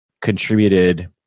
contributed